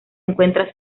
encuentra